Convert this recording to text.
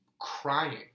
crying